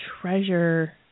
treasure